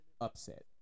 upset